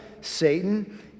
Satan